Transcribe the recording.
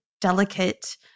delicate